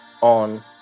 on